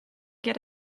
get